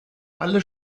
alle